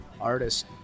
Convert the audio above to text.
artist